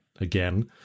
again